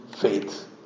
faith